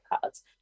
cards